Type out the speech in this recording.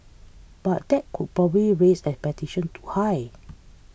but that would probably raise expectation too high